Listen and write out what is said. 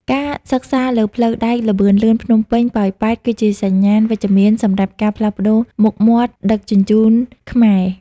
ការសិក្សាលើផ្លូវដែកល្បឿនលឿនភ្នំពេញ-ប៉ោយប៉ែត គឺជាសញ្ញាណវិជ្ជមានសម្រាប់ការផ្លាស់ប្តូរមុខមាត់ដឹកជញ្ជូនខ្មែរ។